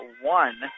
one